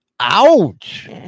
Ouch